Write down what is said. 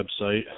website